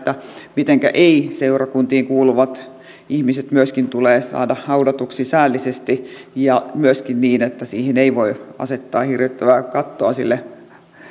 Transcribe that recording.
mitenkä seurakuntiin kuulumattomat ihmiset myöskin tulee saada haudatuksi säällisesti ja myöskin niin että ei voi asettaa hirvittävää kattoa sille